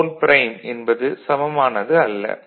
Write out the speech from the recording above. " என்பது சமமானது அல்ல